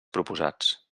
proposats